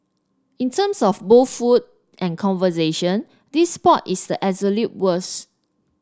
in terms of both food and conversation this spot is the worst